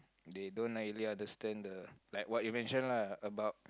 they don't likely understand the like what you mention lah about